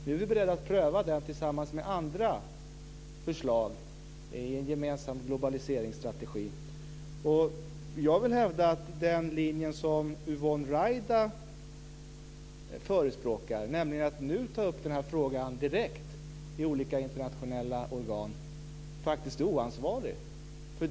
Nu är vi beredda att pröva detta tillsammans med andra förslag i en gemensam globaliseringsstrategi. Jag vill hävda att den linje som Yvonne Ruwaida förespråkar, nämligen att nu ta upp frågan direkt i olika internationella organ, faktiskt är oansvarig.